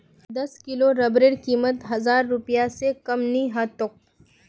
दस किलो रबरेर कीमत हजार रूपए स कम नी ह तोक